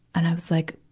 and i was like,